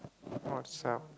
what's up